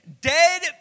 dead